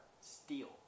steel